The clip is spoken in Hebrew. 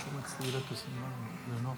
אני מבקש 15 שניות להעלות